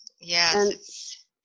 Yes